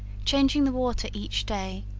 changing the water each day,